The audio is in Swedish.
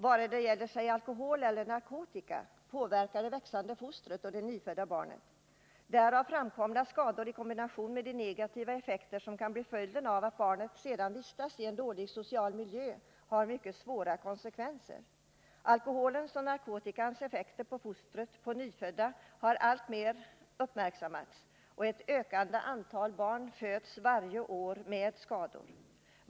Vare sig det gäller alkohol eller narkotika påverkar missbruket det växande fostret och det nyfödda barnet. Därav framkomna skador i kombination med de neg; effekter som kan bli följden av att barnet sedan vistas i en dålig social miljö har mycket svåra konsekvenser. Alkoholens och narkotikans effekter på foster och nyfödda har alltmer uppmärksammats. Varje år föds ett ökande antal barn med skador.